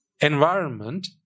environment